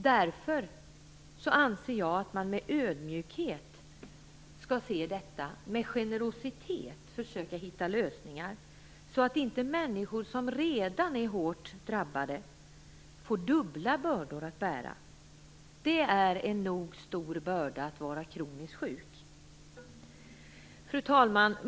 Därför anser jag att man med ödmjukhet skall se detta och med generositet försöka hitta lösningar så att inte människor som redan är hårt drabbade får dubbla bördor att bära. Det är en nog stor börda att vara kroniskt sjuk. Fru talman!